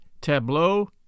tableau